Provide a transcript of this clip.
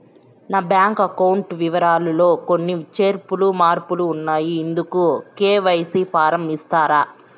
నా bank account వివరాలు లో కొన్ని చేర్పులు మార్పులు ఉన్నాయి, ఇందుకు కె.వై.సి ఫారం ఇస్తారా?